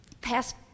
Past